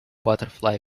butterfly